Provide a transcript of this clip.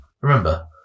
remember